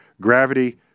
gravity